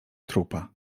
trupa